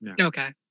Okay